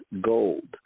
gold